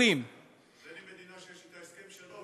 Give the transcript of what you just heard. לי מדינה שיש אתה הסכם שלום,